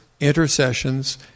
intercessions